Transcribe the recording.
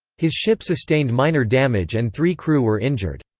his ship sustained minor damage and three crew were injured.